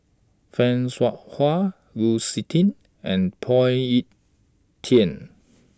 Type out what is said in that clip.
fan Shao Hua Lu Suitin and Phoon Yew Tien